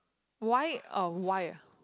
why a wire